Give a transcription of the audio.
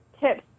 tips